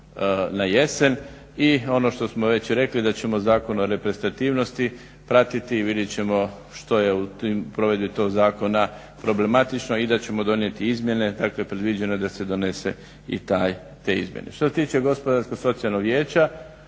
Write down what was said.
na jesen. I ono što smo već rekli da ćemo Zakon o reprezentativnosti pratiti i vidjeti ćemo što je u provedbi toga Zakona problematično i da ćemo donijeti izmjene, dakle predviđeno je da se donese i te izmjene. Što se tiče gospodarsko socijalnog vijeća,